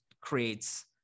creates